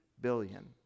billion